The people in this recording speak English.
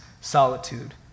solitude